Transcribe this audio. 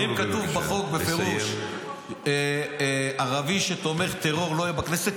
האם כתוב בחוק בפירוש: ערבי שתומך טרור לא יהיה בכנסת,